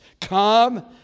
Come